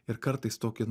ir kartais tokį